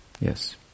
Yes